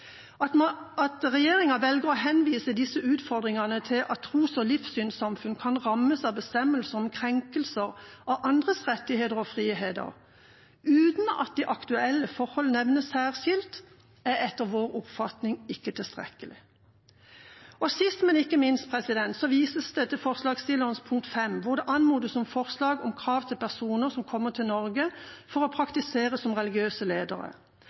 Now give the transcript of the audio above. At regjeringa velger å henvise disse utfordringene til at tros- og livssynssamfunn kan rammes av bestemmelser om krenkelser av andres rettigheter og friheter, uten at de aktuelle forholdene nevnes særskilt, er etter vår oppfatning ikke tilstrekkelig. Sist, men ikke minst, vises det til forslagsstillernes pkt. 5, hvor det anmodes om forslag om krav om at personer som kommer til Norge for å praktisere som religiøse ledere,